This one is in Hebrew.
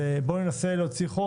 בואו ננסה להוציא חוק,